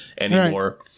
anymore